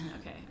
Okay